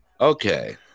Okay